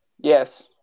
Yes